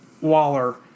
Waller